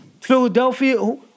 Philadelphia